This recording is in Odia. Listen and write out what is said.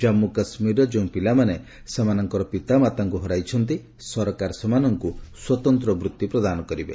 ଜାମ୍ମୁ କାଶ୍ମୀର ଯେଉଁ ପିଲାମାନେ ସେମାନଙ୍କର ପିତାମାତାଙ୍କୁ ହରାଇଛନ୍ତି ସରକାର ସେମାନଙ୍କୁ ସ୍ୱତନ୍ତ୍ର ବୂଭି ପ୍ରଦାନ କରିବେ